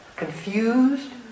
confused